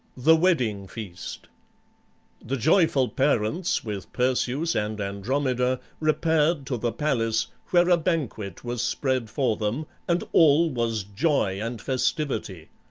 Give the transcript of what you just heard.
the wedding feast the joyful parents, with perseus and andromeda, repaired to the palace, where a banquet was spread for them, and all was joy and festivity.